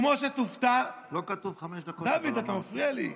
כמו שתופתע, לא כתוב חמש דקות, דוד, אתה מפריע לי.